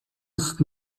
ist